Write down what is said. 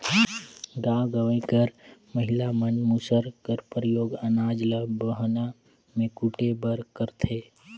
गाँव गंवई कर महिला मन मूसर कर परियोग अनाज ल बहना मे कूटे बर करथे